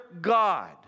God